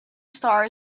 star